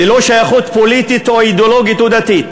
ללא שייכות פוליטית או אידיאולוגית או דתית,